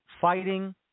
fighting